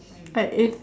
but if